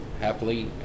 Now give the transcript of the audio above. happily